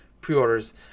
pre-orders